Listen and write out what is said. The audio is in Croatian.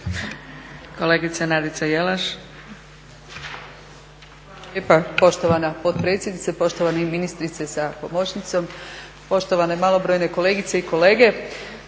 Kolegica Nadica Jelaš.